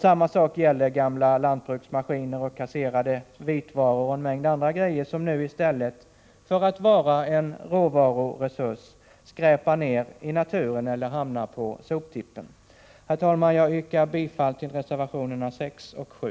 Samma sak gäller gamla lantbruksmaskiner, kasserade vitvaror och en mängd andra grejor som nu i stället för att vara en råvaruresurs skräpar ner i naturen eller hamnar på soptippen. Herr talman! Jag yrkar bifall till reservationerna 6 och 7.